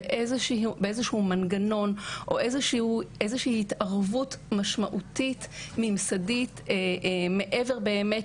באיזה שהוא מנגנון או איזו שהיא התערבות משמעותית ממסדית מעבר באמת